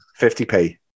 50p